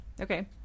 okay